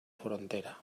frontera